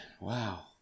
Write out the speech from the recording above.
Wow